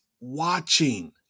watching